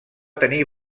tenir